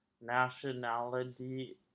Nationality